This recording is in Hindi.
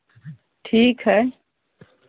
ठीक है